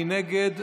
מי נגד?